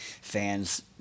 fans